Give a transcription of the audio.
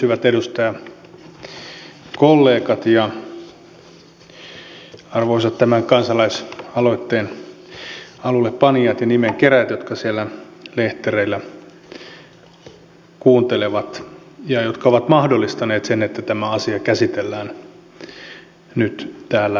hyvät edustajakollegat ja arvoisat tämän kansalaisaloitteen alullepanijat ja nimenkerääjät jotka siellä lehtereillä kuuntelevat ja jotka ovat mahdollistaneet sen että tämä asia käsitellään nyt täällä eduskunnassa